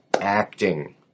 acting